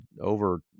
over